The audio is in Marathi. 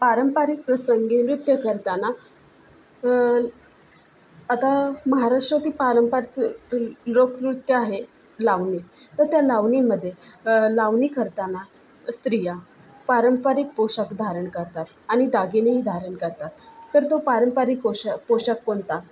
पारंपारिक प्रसंगी नृत्य करताना आता महाराष्ट्रातील पारंपारिक लोकनृत्य आहे लावणी तर त्या लावणीमध्ये लावणी करताना स्त्रिया पारंपरिक पोषाक धारण करतात आणि दागिनेही धारण करतात तर तो पारंपारिक पोषा पोषाख कोणता